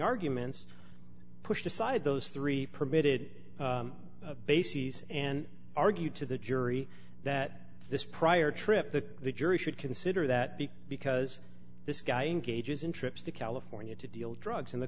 arguments pushed aside those three permitted bases and argued to the jury that this prior trip to the jury should consider that the because this guy engages in trips to california to deal drugs in the